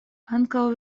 ankaŭ